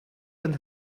and